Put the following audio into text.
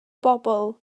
bobl